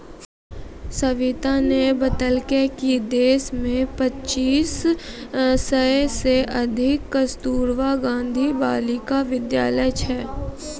सविताने बतेलकै कि देश मे पच्चीस सय से अधिक कस्तूरबा गांधी बालिका विद्यालय छै